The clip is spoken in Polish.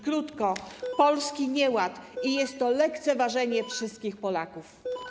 Krótko: polski nieład jest to lekceważenie wszystkich Polaków.